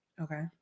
Okay